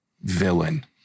villain